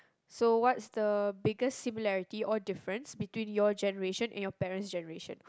so what's the biggest similarity or difference between your generation and your parents' generation